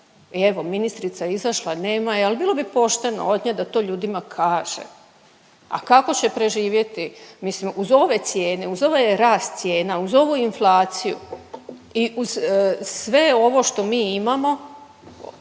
evo ministrica je izašla, nema je ali bilo bi pošteno od nje da to ljudima kaže. A kako će preživjeti, mislim uz ove cijene, uz ovaj rast cijena, uz ovu inflaciju i uz sve ovo što mi imamo